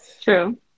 True